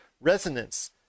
resonance